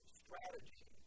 strategy